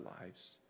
lives